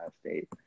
State